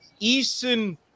Eason